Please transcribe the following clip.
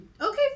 Okay